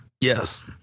Yes